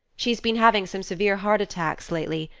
she's been having some severe heart attacks lately,